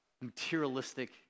materialistic